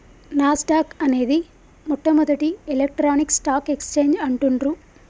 నాస్ dock అనేది మొట్టమొదటి electronic stock exchange అంటుండ్రు